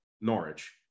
Norwich